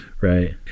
Right